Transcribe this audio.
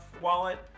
wallet